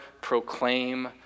proclaim